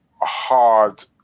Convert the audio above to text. hard